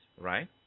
right